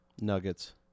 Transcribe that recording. Nuggets